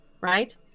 right